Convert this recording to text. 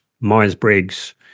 Myers-Briggs